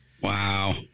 Wow